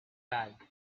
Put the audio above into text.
bag